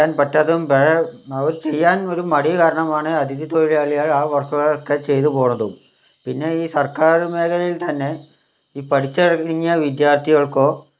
ചെയ്യാൻ പറ്റാത്തതും വേറെ അവർ ചെയ്യാൻ വരും മടി കാരണമാണ് അഥിതിത്തൊഴിലാളികൾ ആ വർക്കുകളൊക്കെ ചെയ്തു പോണതും പിന്നെ ഈ സർക്കാര് മേഖലയിൽ തന്നെ ഈ പഠിച്ചിറങ്ങിയ വിദ്യാർഥികൾക്കോ